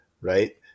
right